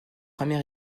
première